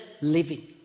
Living